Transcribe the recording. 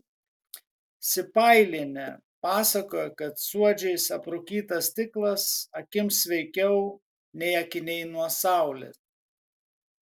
sipailienė pasakojo kad suodžiais aprūkytas stiklas akims sveikiau nei akiniai nuo saulės